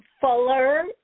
fuller